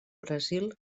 brasil